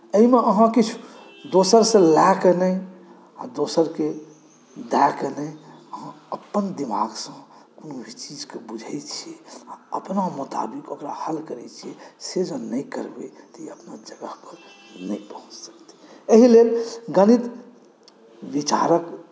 एहिमे अहाँ किछु दोसरसँ लए कऽ नहि आ दोसरकेँ दएके नहि हम अपन दिमागसँ कोनो भी चीजकेँ बुझै छी आ अपना मुताबिक ओकरा हल करै छी से जँ नहि करबै तऽ ई अपना जगह पर नहि पहुँच सकैत छै एहि गणित विचारक